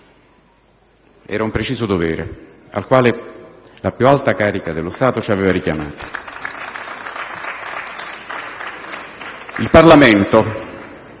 era un preciso dovere, al quale la più alta carica dello Stato ci aveva richiamati. *(Applausi